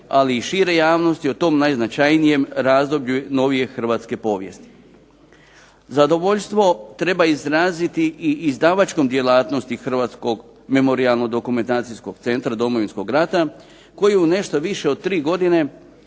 ali i šire javnosti o tom najznačajnijem razdoblju novije hrvatske povijesti. Zadovoljstvo treba izraziti i izdavačkom djelatnosti Hrvatskog memorijalno-dokumentacijskog centra Domovinskog rata, koji u nešto više od 3 godine